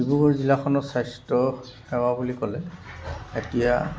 ডিব্ৰুগড় জিলাখনৰ স্বাস্থ্য সেৱা বুলি ক'লে এতিয়া